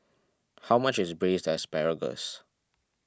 how much is Braised Asparagus